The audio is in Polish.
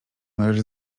należy